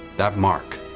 that mark,